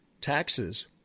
taxes